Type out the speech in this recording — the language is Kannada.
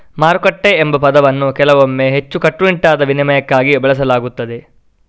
ಮಾರುಕಟ್ಟೆ ಎಂಬ ಪದವನ್ನು ಕೆಲವೊಮ್ಮೆ ಹೆಚ್ಚು ಕಟ್ಟುನಿಟ್ಟಾದ ವಿನಿಮಯಕ್ಕಾಗಿ ಬಳಸಲಾಗುತ್ತದೆ